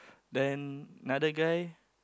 then another guy